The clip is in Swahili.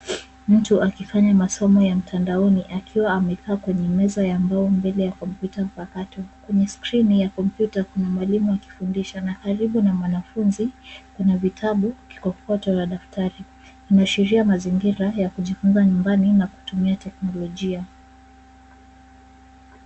Mtu akifanya masomo ya mtandaoni akiwa amekaa kwenye meza ya mbao, mbele ya kompyuta mpakato. Kwenye skrini ya kompyuta kuna mwalimu akifundisha na karibu na mwanafunzi kuna vitabu, kikokotoo na daftari. Inawashiria mazingira ya kujifunza nyumbani na kutumia teknolojia.